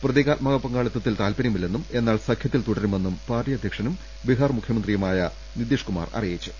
പ്രതീകാത്മക പങ്കാളിത്ത ത്തിൽ താല്പരൃമില്ലെന്നും എന്നാൽ സഖ്യത്തിൽ തുടരുമെന്നും പാർട്ടി അധ്യ ക്ഷനും ബിഹാർ മുഖ്യമന്ത്രിയുമായ നിതീഷ്കുമാർ അറിയിച്ചു